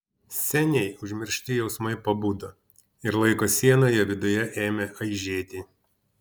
seniai užmiršti jausmai pabudo ir laiko siena jo viduje ėmė aižėti